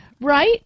Right